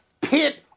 pit